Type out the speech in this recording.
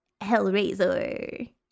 Hellraiser